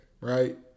right